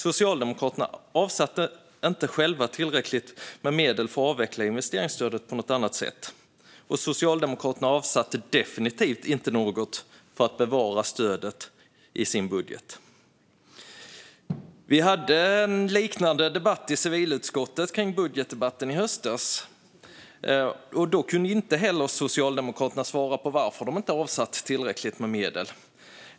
Socialdemokraterna avsatte inte själva tillräckligt med medel för att avveckla investeringsstödet på något annat sätt, och Socialdemokraterna avsatte definitivt inte något i sin budget för att bevara stödet. Vi hade en liknande debatt i civilutskottet vid tiden för budgetdebatten i höstas. Då kunde Socialdemokraterna inte svara på varför de inte hade avsatt tillräckligt med medel.